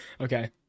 Okay